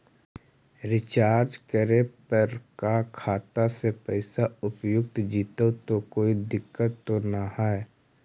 Recharge करे पर का खाता से पैसा उपयुक्त जितै तो कोई दिक्कत तो ना है?